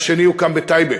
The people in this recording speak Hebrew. השני הוקם בטייבה.